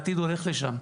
העתיד הולך לשם.